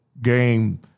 game